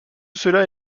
cela